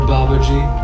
Babaji